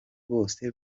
bose